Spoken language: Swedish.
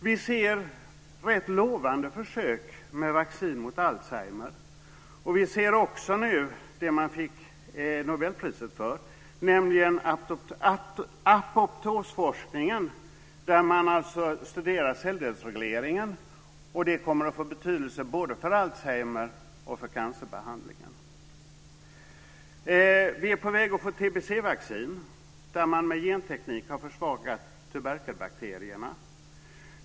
Vi kan också se rätt lovande försök med vaccin mot alzheimer. I apoptosforskningen, som man nu får Nobelpriset för, studerar man celldelningsregleringen, och den kommer att få betydelse både för alzheimer och för cancerbehandlingen. Vi är också på väg att få ett tbc-vaccin, där man med genteknik har försvagat tuberkelbakterierna.